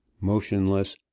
motionless